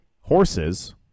horses